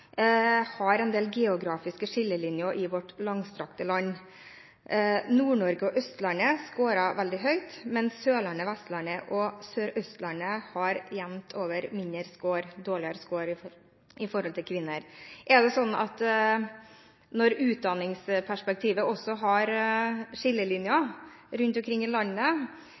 i vårt langstrakte land – har en del geografiske skillelinjer. Nord-Norge og Østlandet skårer veldig høyt, mens Sørlandet, Vestlandet og Sør-Østlandet jevnt over har dårligere skår når det gjelder kvinnerepresentasjon. Også når det gjelder utdanningsperspektivet, går det skillelinjer rundt omkring i landet,